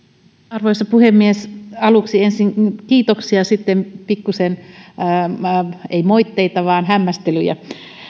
arvoisa puhemies aluksi ensin kiitoksia sitten pikkuisen ei moitteita vaan hämmästelyjä